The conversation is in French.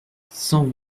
cent